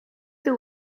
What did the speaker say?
the